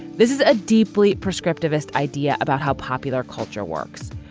this is a deeply prescriptive ist idea about how popular culture works.